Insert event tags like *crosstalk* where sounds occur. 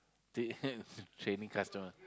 the *laughs* training customer